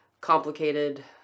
complicated